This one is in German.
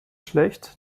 schlecht